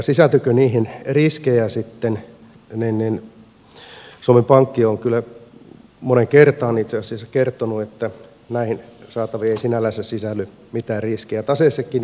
sisältyikö niihin sitten riskejä niin suomen pankki on kyllä moneen kertaan itse asiassa kertonut että näihin saataviin ei sinällänsä sisälly mitään riskejä